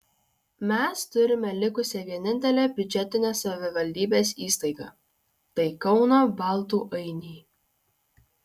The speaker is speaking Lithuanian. mes turime likusią vienintelę biudžetinę savivaldybės įstaigą tai kauno baltų ainiai